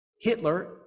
Hitler